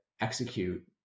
execute